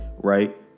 Right